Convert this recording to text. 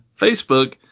Facebook